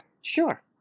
sure